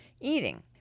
eating